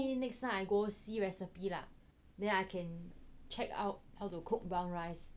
maybe next time I go see recipe lah then I can check out how to cook brown rice